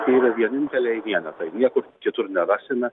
tai yra vieninteliai vienetai niekur kitur nerasime